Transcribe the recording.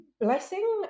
blessing